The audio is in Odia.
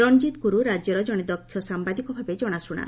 ରଣଜିତ ଗୁରୁ ରାଜ୍ୟର ଜଣେ ଦକ୍ଷ ସାମ୍ଘାଦିକ ଭାବେ ଜଣାଶ୍ରଶା